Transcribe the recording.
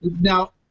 Now